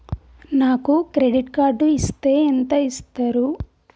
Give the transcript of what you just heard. నాకు credit card ఇస్తే ఎంత ఇస్తరు?